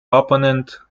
opponent